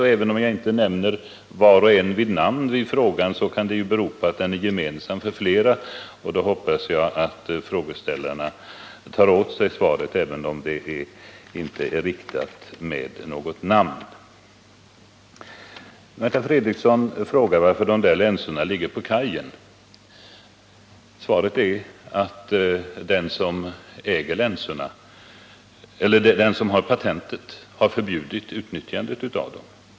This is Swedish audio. Det är möjligt att någon fråga omfattas av flera och att jag därför inte nämner varje enskild frågeställare vid namn, men jag hoppas att man i så fall ändå vill betrakta detta som ett personligt svar till var och en. Märta Fredrikson frågade varför länsorna ligger på kajen. Svaret är att den som har patent på länsorna har förbjudit att man utnyttjar dem.